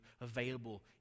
available